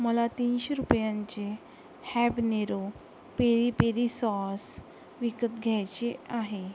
मला तीनशे रुपयांचे हॅबनेरो पेरी पेरी सॉस विकत घ्यायचे आहे